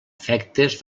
efectes